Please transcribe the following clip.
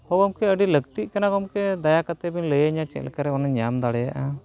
ᱦᱳᱭ ᱜᱚᱢᱠᱮ ᱟᱹᱰᱤ ᱞᱟᱹᱠᱛᱤᱜ ᱠᱟᱱᱟ ᱜᱚᱢᱠᱮ ᱫᱟᱭᱟ ᱠᱟᱛᱮᱫ ᱵᱮᱱ ᱞᱟᱹᱭᱟᱧᱟᱹ ᱪᱮᱫ ᱞᱮᱠᱟᱨᱮ ᱚᱱᱟᱧ ᱧᱟᱢ ᱫᱟᱲᱮᱭᱟᱜᱼᱟ